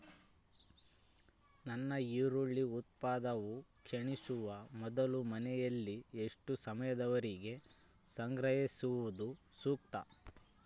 ನನ್ನ ಈರುಳ್ಳಿ ಉತ್ಪನ್ನವು ಕ್ಷೇಣಿಸುವ ಮೊದಲು ಮನೆಯಲ್ಲಿ ಎಷ್ಟು ಸಮಯದವರೆಗೆ ಸಂಗ್ರಹಿಸುವುದು ಸೂಕ್ತ?